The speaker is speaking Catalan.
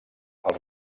els